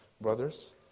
brothers